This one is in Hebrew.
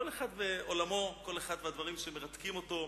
כל אחד ועולמו, כל אחד והדברים שמרתקים אותו.